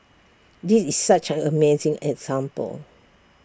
this is such an amazing example